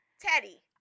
Teddy